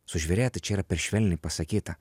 sužvėrėja tai čia yra per švelniai pasakyta